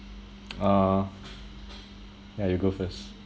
uh ya you go first